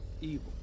evil